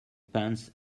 pants